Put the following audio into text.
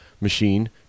machine